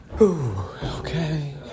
Okay